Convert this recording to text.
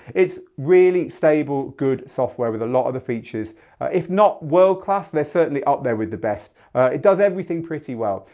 it's really stable, good software with a lot of the features if not world class, they're certainly up there with the best it does everything pretty well.